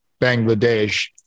Bangladesh